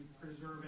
preserving